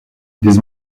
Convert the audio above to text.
these